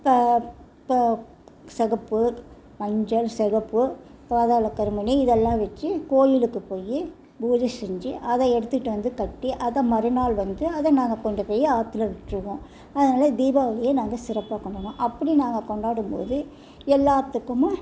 ப ப சிகப்பு மஞ்சள் சிகப்பு பாதாள கருமணி இது எல்லாம் வச்சி கோவிலுக்கு போய் பூஜை செஞ்சி அதை எடுத்துட்டு வந்து கட்டி அதை மறுநாள் வந்து அதை நாங்கள் கொண்டு போய் ஆற்றில் விட்டுருவோம் அதனால் தீபாவளியை நாங்கள் சிறப்பாக கொண்டாடுவோம் அப்படி நாங்கள் கொண்டாடும்போது எல்லாத்துக்கும்